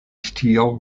stele